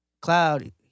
cloud